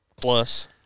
plus